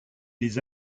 les